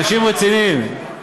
אנשים רציניים.